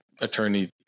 attorney